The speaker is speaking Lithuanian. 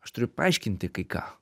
aš turiu paaiškinti kai ką